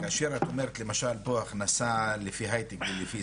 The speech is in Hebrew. כאשר את אומרת פה למשל הכנסה לפי הייטק וכו',